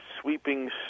sweeping